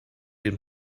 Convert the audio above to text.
den